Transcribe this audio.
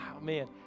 man